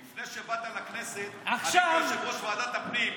לפני שבאת לכנסת, אני הייתי יושב-ראש ועדת הפנים.